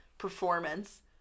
performance